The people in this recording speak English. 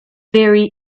very